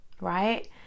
right